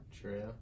True